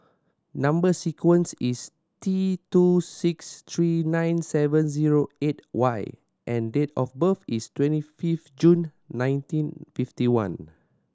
number sequence is T two six three nine seven zero eight Y and date of birth is twenty fifth June nineteen fifty one